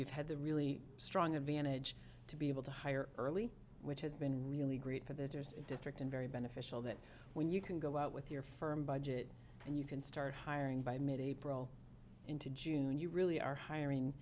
we've had the really strong advantage to be able to hire early which has been really great but there's a district and very beneficial that when you can go out with your firm budget and you can start hiring by mid april into june you really are